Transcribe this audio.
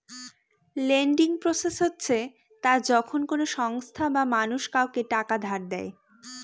lending process হচ্ছে তা যখন কোনো সংস্থা বা মানুষ কাউকে টাকা ধার দেয়